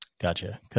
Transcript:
Gotcha